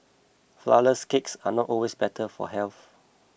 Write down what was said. Flourless Cakes are not always better for health